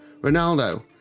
Ronaldo